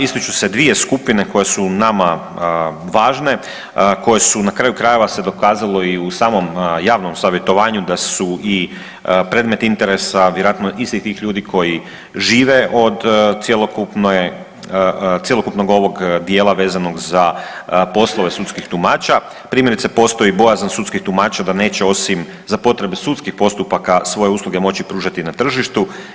Ističu se 2 skupine koje su nama važne koje su na kraju krajeva se dokazalo i u samom javnom savjetovanju da su i predmet interesa vjerojatno istih tih ljudi koji žive od cjelokupne, cjelokupnog ovog dijela vezanog za poslove sudskih tumača primjerice postoji bojazan sudskih tumača da neće osim za potrebe sudskih postupaka svoje usluge moći pružati na tržištu.